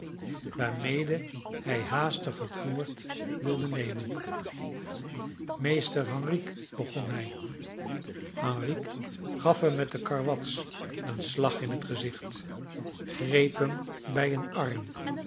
waarmede hij haastig het woord wilde nemen meester henrique begon hij henrique gaf hem met de karwats een slag in het gezicht greep hem bij een arm